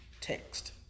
text